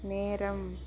நேரம்